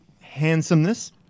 handsomeness